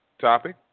topic